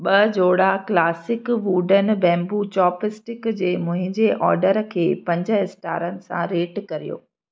ॿ जोड़ा classic wooden bamboo chopstick जे मुंहिंजे ऑडर खे पंज स्टारनि सां रेट करियो